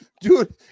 Dude